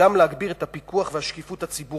וגם להגביר את הפיקוח ואת השקיפות הציבורית,